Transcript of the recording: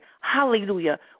hallelujah